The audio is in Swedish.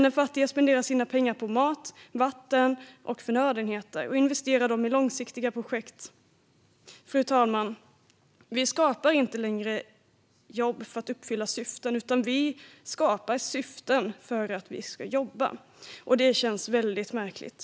Den fattige spenderar sina pengar på mat, vatten och förnödenheter och investerar dem i långsiktiga projekt. Fru talman! Vi skapar inte längre jobb för att uppfylla syften, utan vi skapar syften för att vi ska jobba. Det känns väldigt märkligt.